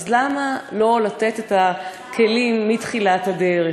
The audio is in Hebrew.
אז למה לא לתת את הכלים מתחילת הדרך?